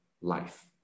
life